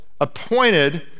appointed